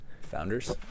Founders